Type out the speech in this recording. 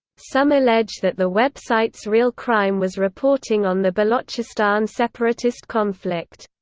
some allege that the websites' real crime was reporting on the balochistan separatist conflict.